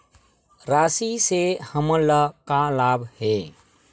राशि से हमन ला का लाभ हे?